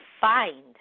find